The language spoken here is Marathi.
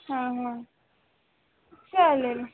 हां हां चालेल